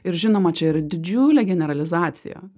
ir žinoma čia yra didžiulė generalizacija